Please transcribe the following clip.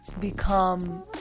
become